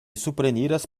supreniras